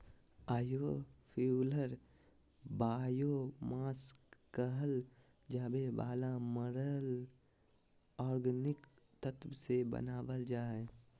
biofuel biomass कहल जावे वाला मरल ऑर्गेनिक तत्व से बनावल जा हइ